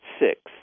six